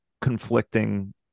conflicting